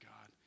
God